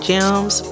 Gems